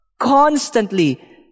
Constantly